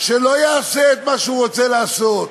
שלא יעשה את מה שהוא רוצה לעשות.